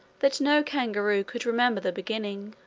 that no kangaroo could remember the beginning.